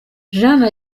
jeanne